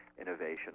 innovation